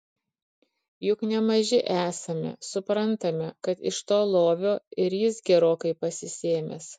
juk ne maži esame suprantame kad iš to lovio ir jis gerokai pasisėmęs